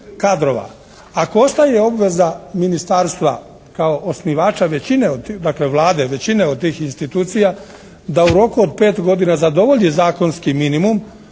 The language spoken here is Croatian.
kadrova. Ako ostaje obveza ministarstva kao osnivača većine dakle Vlade, većine od tih institucija da u roku od pet godina zadovolji zakonski minimum,